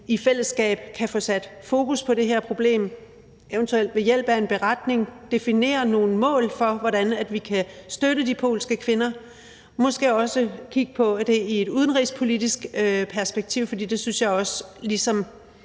i fællesskab kan få sat fokus på det her problem, eventuelt ved hjælp af en beretning, definere nogle mål for, hvordan vi kan støtte de polske kvinder, måske også kigge på det i et udenrigspolitisk perspektiv, for det synes jeg også giver